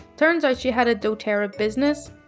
turns out she had a doterra business.